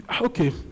okay